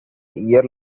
year